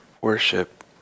worship